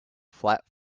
flap